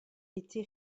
été